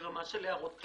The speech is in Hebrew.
ברמה של הערות כלליות.